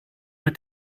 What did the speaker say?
mit